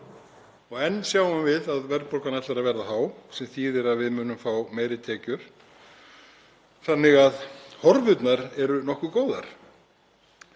Og enn sjáum við að verðbólgan ætlar að verða há, sem þýðir að við munum fá meiri tekjur. Þannig að horfurnar eru nokkuð góðar.